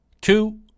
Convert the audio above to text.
two